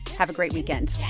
have a great weekend